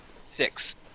Six